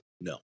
No